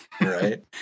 Right